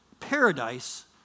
paradise